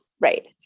Right